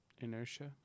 Inertia